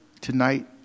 tonight